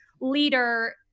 leader